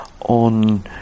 on